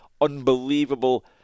unbelievable